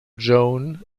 joan